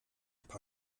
paar